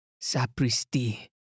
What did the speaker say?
sapristi